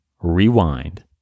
Rewind